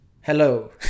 Hello